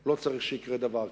לא צריך שיקרה דבר כזה.